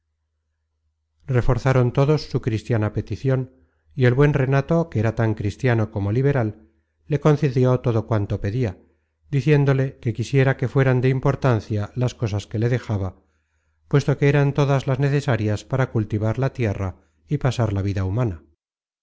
reforzaron todos su cristiana peticion y el buen renato que era tan cristiano como liberal le concedió todo cuanto pedia diciéndole que quisiera que fueran de importancia las cosas que le dejaba puesto que eran todas las necesarias para cultivar la tierra y pasar la vida humana